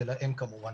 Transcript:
אצל האם כמובן.